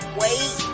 wait